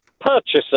purchaser